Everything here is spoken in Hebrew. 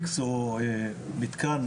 או מתקן,